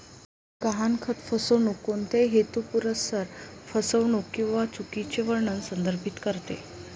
गहाणखत फसवणूक कोणत्याही हेतुपुरस्सर फसवणूक किंवा चुकीचे वर्णन संदर्भित करते